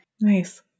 Nice